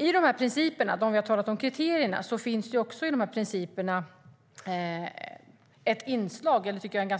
I de principer vi har talat om finns